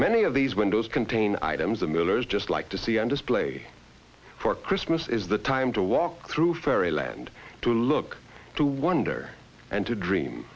many of these windows contain items of miller's just like to see and us play for christmas is the time to walk through fairy land to look to wonder and to dream